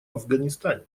афганистане